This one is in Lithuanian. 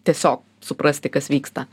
tiesiog suprasti kas vyksta